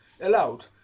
allowed